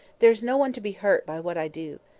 there's no one to be hurt by what i do.